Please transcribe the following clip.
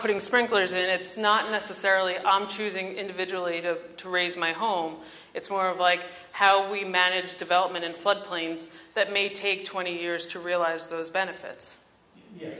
putting sprinklers in it's not necessarily i'm choosing individually to arrange my home it's more like how we manage development in floodplains that may take twenty years to realize those benefits